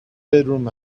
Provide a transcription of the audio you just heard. bedroom